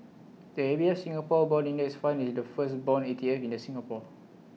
the A B F Singapore Bond index fund is the first Bond E T F in the Singapore